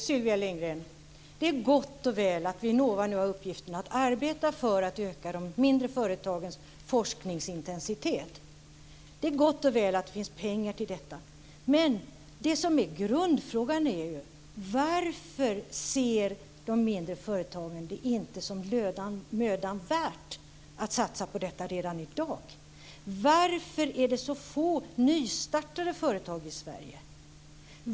Fru talman! Det är gott och väl, Sylvia Lindgren, att Vinnova nu har fått uppgiften att arbeta för att öka de mindre företagens forskningsintensitet, det är gott och väl att det finns pengar till detta. Men det som är grundfrågan är: Varför ser de mindre företagen det inte som mödan värt att satsa på detta redan i dag? Varför är det så få nystartade företag i Sverige?